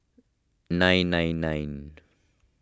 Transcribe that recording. nine nine nine